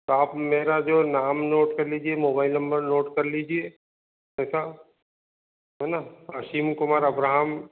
आप मेरा जो नाम नोट कर लीजिए मोबाइल नंबर नोट कर लीजिए अच्छा है ना अशीम कुमार अब्राहम